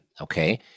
okay